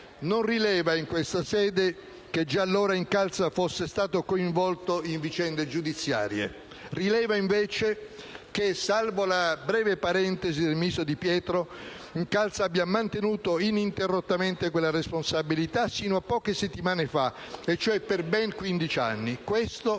Non rileva, in questa sede, che già allora Incalza fosse stato coinvolto in vicende giudiziarie; rileva, invece, che, salvo la breve parentesi del ministro Di Pietro, Incalza abbia mantenuto ininterrottamente quella responsabilità sino a poche settimane fa, e cioè per ben quindici anni. Questo è il nodo